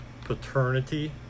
paternity